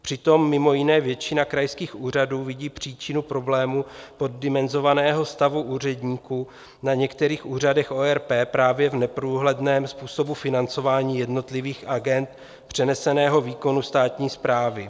Přitom mimo jiné většina krajských úřadů vidí příčinu problému poddimenzovaného stavu úředníků na některých úřadech ORP právě v neprůhledném způsobu financování jednotlivých agend přeneseného výkonu státní správy.